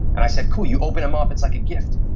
and i said, cool, you open them up it's like a gift.